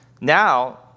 now